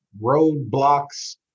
roadblocks